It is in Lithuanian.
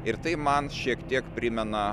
ir tai man šiek tiek primena